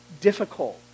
difficult